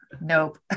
Nope